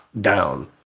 down